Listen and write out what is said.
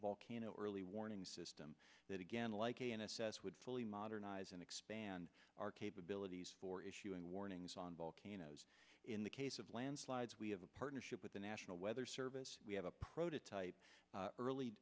volcano early warning system that again like a s s would fully modernize and expand our capabilities for issuing warnings on volcanoes in the case of landslides we have a partnership with the national weather service we have a prototype early